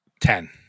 Ten